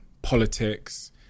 Politics